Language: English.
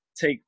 take